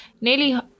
nearly